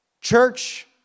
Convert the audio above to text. Church